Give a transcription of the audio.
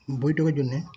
বৈঠকের জন্যে